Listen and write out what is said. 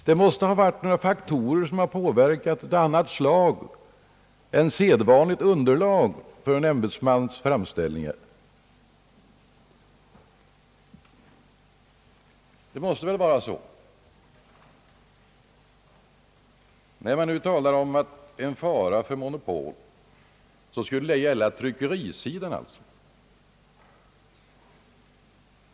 Det måste ha varit några faktorer som påverkat honom av annat slag än det sedvanliga underlaget för en ämbetsmans framställningar. Det måste väl vara så. När man nu talar om en fara för monopol skulle den alltså gälla tryckerisidan.